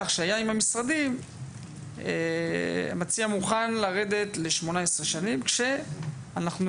שהיה עם המשרדים המציע מוכן לרדת ל-18 שנים כאשר אנחנו